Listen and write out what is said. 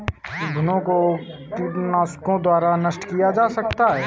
घुनो को कीटनाशकों द्वारा नष्ट किया जा सकता है